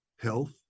health